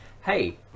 hey